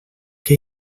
què